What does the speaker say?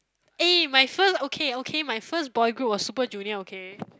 eh my first okay okay my first boy group was Super-Junior okay